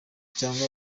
cyangwa